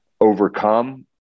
overcome